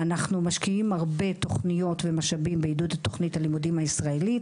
אנחנו משקיעים הרבה תכניות ומשאבים בעידוד תכנית הלימודים הישראלית,